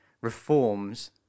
reforms